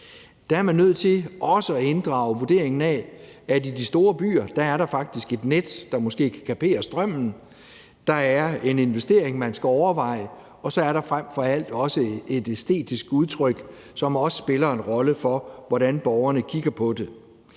Der er man nødt til også at inddrage vurderingen af, at i de store byer er der faktisk et net, der måske kan kapere strømmen; der er en investering, man skal overveje; og så er der frem for alt også et æstetisk udtryk, som også spiller en rolle for, hvordan borgerne kigger på det.